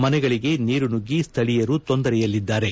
ಮನೆಗಳಿಗೆ ನೀರು ನುಗ್ಗಿ ಸ್ವಳೀಯರು ತೊಂದರೆಯಲ್ಲಿದ್ದಾರೆ